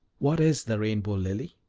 what is the rainbow lily?